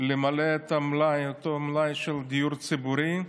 למלא את המלאי, אותו מלאי של דיור ציבורי,